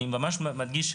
אני ממש מדגיש,